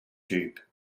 tube